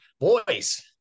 boys